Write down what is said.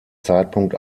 zeitpunkt